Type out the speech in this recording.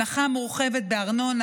ההנחה המורחבת בארנונה,